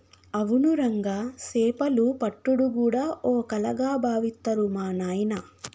అవును రంగా సేపలు పట్టుడు గూడా ఓ కళగా బావిత్తరు మా నాయిన